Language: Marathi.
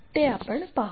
ते आपण पाहू